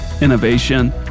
innovation